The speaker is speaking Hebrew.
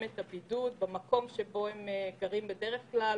את הבידוד במקום שבו הם גרים בדרך כלל,